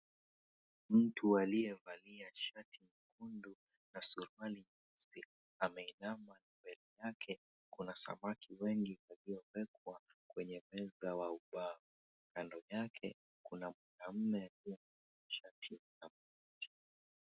Mtu aliyevalia shati nyekundu na suruali nyeusi ameinama. Mbele yake kuna samaki wengi waliowekwa kwenye benchi la ubao. Kando yake kuna mwanamume aliyevaa shati nyeupe.